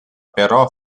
però